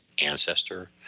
ancestor